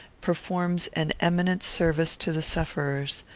performs an eminent service to the sufferers,